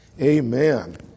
Amen